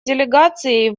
делегацией